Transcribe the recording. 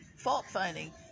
fault-finding